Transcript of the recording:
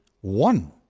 one